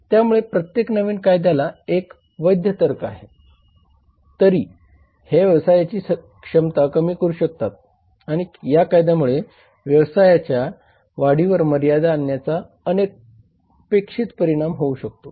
त्यामुळे प्रत्येक नवीन कायद्याला एक वैध तर्क आहे तरी हे व्यवसायाची क्षमता कमी करू शकतात आणि या कायद्यांमुळे व्यवसायाच्या वाढीवर मर्यादा आणण्याचा अनपेक्षित परिणाम होऊ शकतो